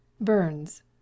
Burns